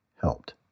helped